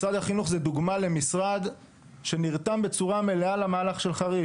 משרד החינוך הוא דוגמה למשרד שנרתם בצורה מלאה למהלך של חריש,